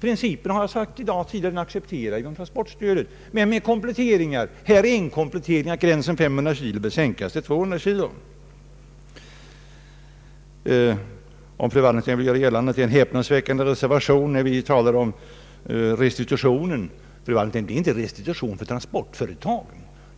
Jag har tidigare i dag sagt att vi accepterar principen för transportstödet, men med kompletteringar. Detta är en komplettering, nämligen att gränsen bör sänkas från 500 kilo till 200 kilo. Om fru Wallentheim vill göra gällande att det är en häpnadsväckande reservation när vi talar om restitutionen vill jag påpeka att det inte gäller restitution till transportföretag